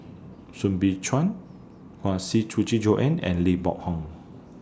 Soo Bin Chuan Huang Joan and Lee Boa Home